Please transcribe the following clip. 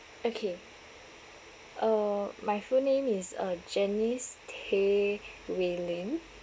okay uh my full name is uh janice Teh Wei Ling